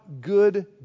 good